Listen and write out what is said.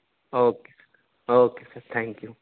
okay okay sir thank you